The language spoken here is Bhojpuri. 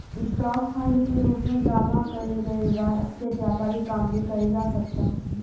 स्टॉक फंड के रूप में जामा कईल गईल राशि से व्यापारिक काम भी कईल जा सकता